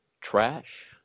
trash